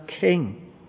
King